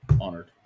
Honored